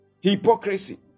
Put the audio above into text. Hypocrisy